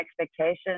expectations